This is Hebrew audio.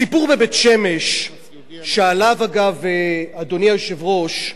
הסיפור בבית-שמש, שעליו, אגב, אדוני היושב-ראש,